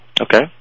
Okay